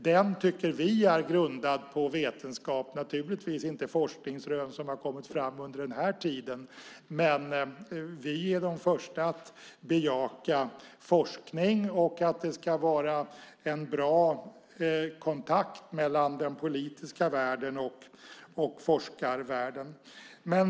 Vi tycker att den är grundad på vetenskap, men naturligtvis inte forskningsrön som har kommit fram under den här tiden. Vi är de första att bejaka forskning och att det ska vara en bra kontakt mellan den politiska världen och forskarvärlden.